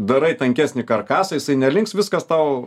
darai tankesnį karkasą jisai nelinks viskas tau